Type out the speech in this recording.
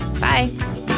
Bye